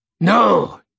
No